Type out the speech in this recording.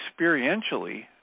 experientially